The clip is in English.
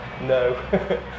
No